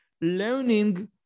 learning